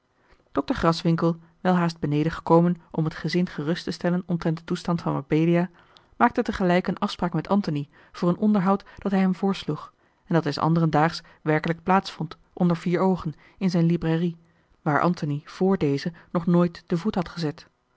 dr graswinckel welhaast beneden gekomen om het gezin gerust te stellen omtrent den toestand van mabelia maakte tegelijk eene afspraak met antony voor een onderhoud dat hij hem voorsloeg en dat des anderen daags werkelijk plaats vond onder vier oogen in zijne librairie waar antony voor dezen nog nooit den voet had gezet